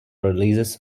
releases